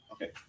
Okay